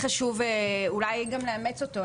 וחשוב לאמץ את זה.